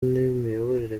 n’imiyoborere